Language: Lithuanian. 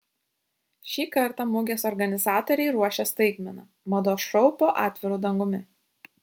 šį kartą mugės organizatoriai ruošia staigmeną mados šou po atviru dangumi